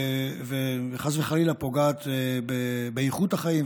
וחס וחלילה פוגעת באיכות החיים,